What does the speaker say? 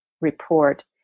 report